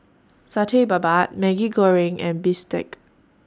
Satay Babat Maggi Goreng and Bistake